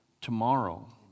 tomorrow